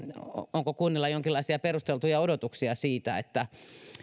onko kunnilla jonkinlaisia perusteltuja odotuksia siitä että